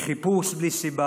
מחיפוש בלי סיבה